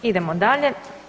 Idemo dalje.